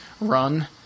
run